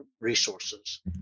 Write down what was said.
resources